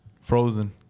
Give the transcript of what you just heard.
Frozen